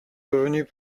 devenus